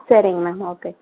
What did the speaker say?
சரிங்க ma'am okay